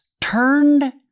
turned